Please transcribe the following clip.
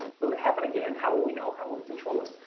will it happen again? how will we know? how will we control it?